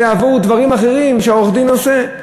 זה עבור דברים אחרים שהעורך-דין עושה,